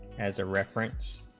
as a reference